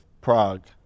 Prague